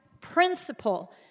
principle